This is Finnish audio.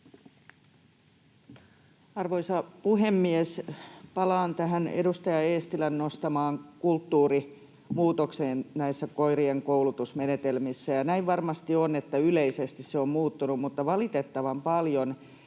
Arvoisa puhemies! Palaan tähän edustaja Eestilän nostamaan kulttuurimuutokseen näissä koirien koulutusmenetelmissä. Näin varmasti on, että yleisesti ne ovat muuttuneet. Mutta valitettavan paljon